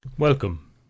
Welcome